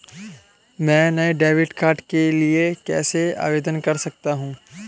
मैं नए debit card के लिए कैसे आवेदन कर सकता हूँ?